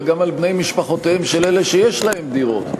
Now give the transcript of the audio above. אלא גם על בני משפחותיהם של אלה שיש להם דירות,